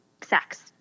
sex